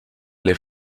alle